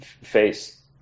face